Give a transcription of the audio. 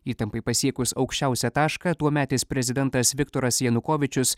įtampai pasiekus aukščiausią tašką tuometis prezidentas viktoras janukovyčius